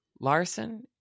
Larson